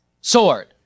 sword